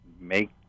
make